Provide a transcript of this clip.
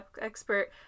expert